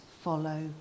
follow